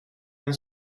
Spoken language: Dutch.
een